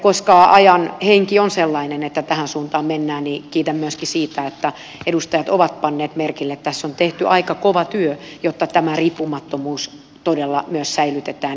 koska ajan henki on sellainen että tähän suuntaan mennään niin kiitän myöskin siitä että edustajat ovat panneet merkille että tässä on tehty aika kova työ jotta tämä riippumattomuus todella myös säilytetään